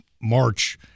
March